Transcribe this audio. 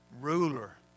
ruler